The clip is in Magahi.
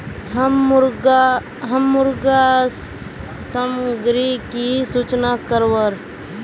हम मुर्गा सामग्री की सूचना करवार?